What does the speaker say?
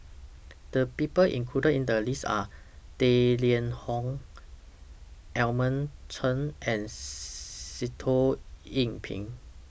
The People included in The list Are Tang Liang Hong Edmund Chen and Sitoh Yih Pin